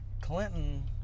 Clinton